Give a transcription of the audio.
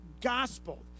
gospel